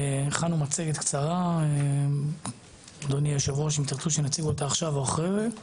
הכנו מצגת קצרה אדוני היושב ראש אם תרצו שנציג אותה עכשיו או אחרי אז